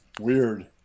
weird